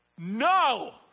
No